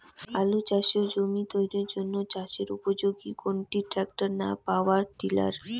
আলু চাষের জমি তৈরির জন্য চাষের উপযোগী কোনটি ট্রাক্টর না পাওয়ার টিলার?